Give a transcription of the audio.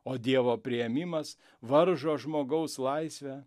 o dievo priėmimas varžo žmogaus laisvę